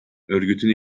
örgütün